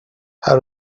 how